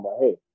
hey